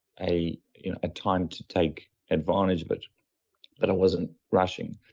a you know ah time to take advantage, but that i wasn't rushing.